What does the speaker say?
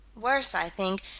worse, i think,